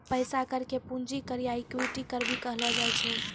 पैसा कर के पूंजी कर या इक्विटी कर भी कहलो जाय छै